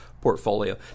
portfolio